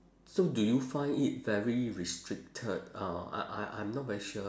so do you find it very restricted uh I I I'm not very sure